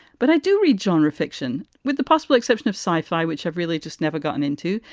but i do read genre fiction with the possible exception of sci fi, which i've really just never gotten into.